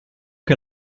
che